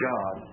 God